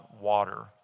water